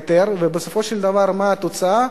בקיטורים, ובסופו של דבר מה התוצאה?